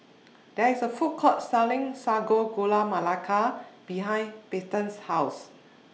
There IS A Food Court Selling Sago Gula Melaka behind Peyton's House